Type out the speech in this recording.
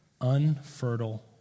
Unfertile